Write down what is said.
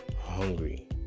hungry